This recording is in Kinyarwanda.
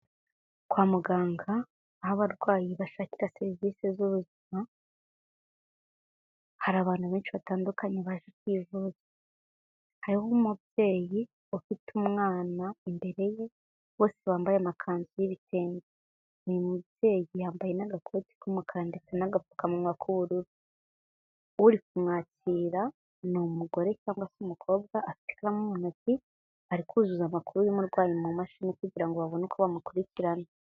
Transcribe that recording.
Kwa muganga aho abarwayi bashakira serivisi z'ubuzima, hari abantu benshi batandukanye baje kwivuza, hariho umubyeyi ufite umwana imbere ye bose bambaye amakanzu y'ibitenge, ni umubyeyi yambaye n'agakoti k'umukara ndetse n'agapfukamunwa k'ubururu, uri kumwakira ni umugore cyangwa se umukobwa afite ikaramu mu ntoki, ari kuzuza amakuru y'umurwayi mu mashini kugira ngo babone uko bamukurikirana.